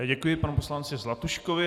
Děkuji panu poslanci Zlatuškovi.